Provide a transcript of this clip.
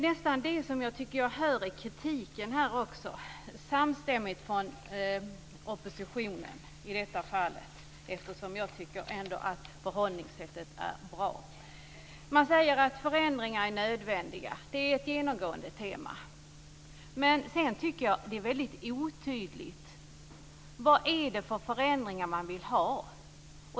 Jag tycker att jag hör detta också i den samstämmiga kritiken från oppositionen. Jag tycker alltså att förhållningssättet är bra. Man säger att förändringar är nödvändiga. Det är ett genomgående tema. Men sedan tycker jag att det är väldigt otydligt. Vilka förändringar är det man vill ha?